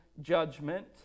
judgment